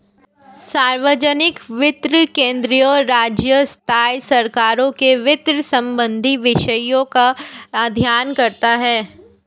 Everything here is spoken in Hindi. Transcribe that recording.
सार्वजनिक वित्त केंद्रीय, राज्य, स्थाई सरकारों के वित्त संबंधी विषयों का अध्ययन करता हैं